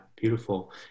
Beautiful